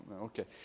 Okay